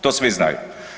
To svi znaju.